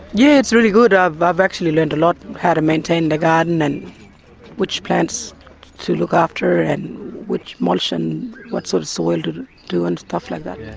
yeah, it's really good, i've i've actually learned a lot, how to maintain the garden and which plants to look after and which mulch and what sort of soil to do and stuff like that, yeah.